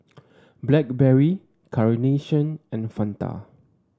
Blackberry Carnation and Fanta